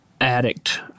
addict